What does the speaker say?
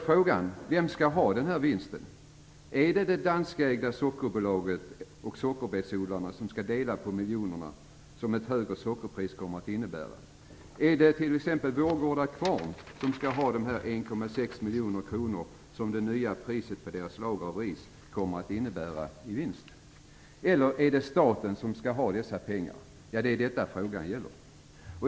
Frågan är vem som skall ha denna vinst. Skall det danskägda sockerbolaget och sockerbetsodlarna dela på de miljoner som ett högre sockerpris kommer att innebära? Skall t.ex. Vårgårda Kvarn ha 1,6 miljoner kronor, vilket blir vinsten med det nya priset på dess lager av ris? Eller skall staten ha dessa pengar? Det är detta frågan gäller.